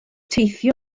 teithio